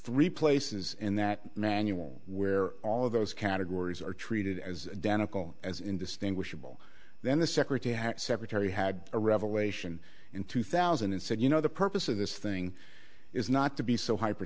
three places in that manual where all of those categories are treated as danica as indistinguishable then the secretary separate terri had a revelation in two thousand and said you know the purpose of this thing is not to be so hyper